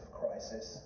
crisis